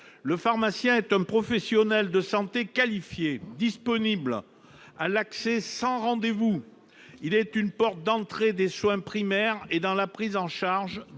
Le pharmacien est un professionnel de santé qualifié, disponible, à l'accès sans rendez-vous. Il est une porte d'entrée pour les soins primaires et la prise en charge des soins